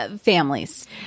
families